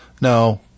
No